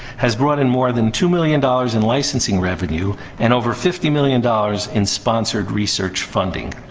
has brought in more than two million dollars in licensing revenue and over fifty million dollars in sponsored research funding.